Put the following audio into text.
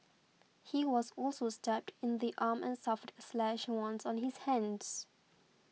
he was also stabbed in the arm and suffered slash wounds on his hands